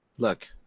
Look